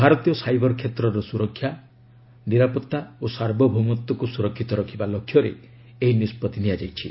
ଭାରତୀୟ ସାଇବର କ୍ଷେତ୍ରର ସୁରକ୍ଷା ନିରାପତ୍ତା ଓ ସାର୍ବଭୌମତ୍ୱକୁ ସୁରକ୍ଷିତ ରଖିବା ଲକ୍ଷ୍ୟରେ ଏହି ନିଷ୍ପଭି ନିଆଯାଇଛି